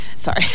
Sorry